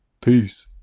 Peace